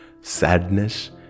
sadness